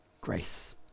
grace